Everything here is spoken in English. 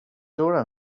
dora